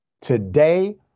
Today